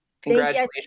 congratulations